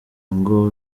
ngo